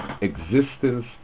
existence